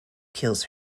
kills